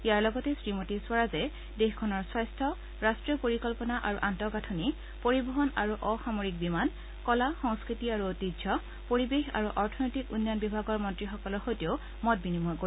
ইয়াৰ লগতে শ্ৰীমতী স্বৰাজে দেশখনৰ স্বাস্থ্য ৰট্টীয় পৰিকল্পনা আৰু আন্তঃগাঁঠনি পৰিবহণ আৰু অসামৰিক বিমান কলা সংস্কৃতি আৰু ঐতিহ্য পৰিৱেশ আৰু অৰ্থনৈতিক উন্নয়ন বিভাগৰ মন্ত্ৰীসকলৰ সৈতেও মত বিনিময় কৰিব